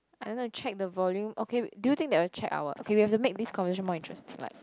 I gonna check the volume okay do you think they will check our okay we have to make this conversation more interesting like